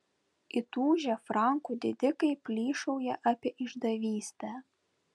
įtūžę frankų didikai plyšauja apie išdavystę